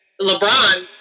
LeBron